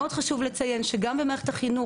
מאוד חשוב לציין שגם במערכת החינוך,